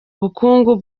ubukungu